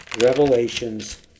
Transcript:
Revelations